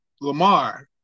Lamar